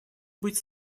быть